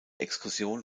exkursion